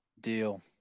Deal